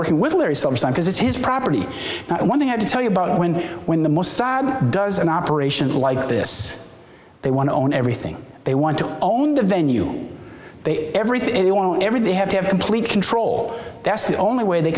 working with larry silverstein because it's his property and what they had to tell you about when when the mossad does an operation like this they want to own everything they want to owned a venue they everything they own everything they have to have complete control that's the only way they